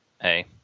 hey